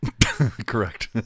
Correct